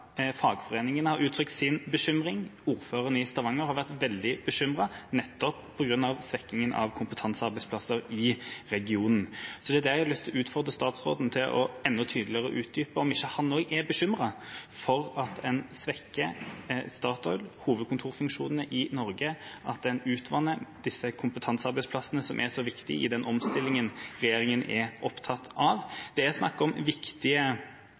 fagforeningene har uttrykt sin bekymring, ordføreren i Stavanger har vært veldig bekymret, nettopp på grunn av svekkingen av kompetansearbeidsplasser i regionen. Så det er det jeg har lyst til å utfordre statsråden til enda tydeligere å utdype: Er ikke han også bekymret for at en svekker Statoil, hovedkontorfunksjonene i Norge, at en utvanner disse kompetansearbeidsplassene som er så viktige i den omstillinga regjeringa er opptatt av? Det er snakk om viktige